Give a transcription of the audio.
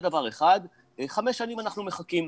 חמש שנים אנחנו מחכים,